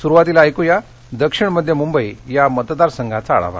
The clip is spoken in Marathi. सुरुवातीला ऐकूया दक्षिण मध्य मुंबई या मतदारसंघाचा आढावा